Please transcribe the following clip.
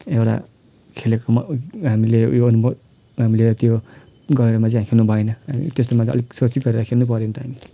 एउटा खेलेकोमा हामीले उयो अनुभव हामीले त्यो गहिरोमा चाहिँ खेल्नुभएन त्यस्तोमा चाहिँ अलिक सचेत भएर खेल्नुपऱ्यो नि त हामीले